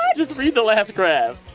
yeah just read the last graph.